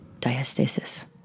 diastasis